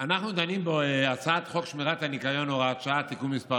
אנחנו דנים בהצעת חוק שמירת הניקיון (הוראת שעה) (תיקון מס'